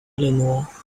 eleanor